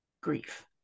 grief